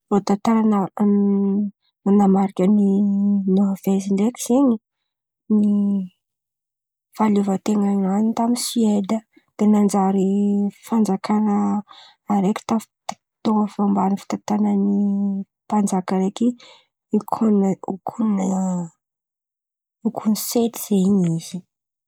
Ireo tantara nani- nanamarika an'i Noverzy ndraiky zen̈y ny fahaleovan-ten̈any tamy siede. De nanjary fanjakana araiky tafit- tao ambany fitantanany mpanjaka araiky okona- nikomia Nikomisety zen̈y izy.